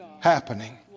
Happening